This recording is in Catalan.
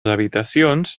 habitacions